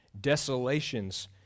Desolations